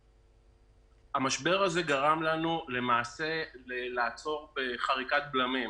המשבר הזה גרם לנו למעשה לעצור בחריקת בלמים,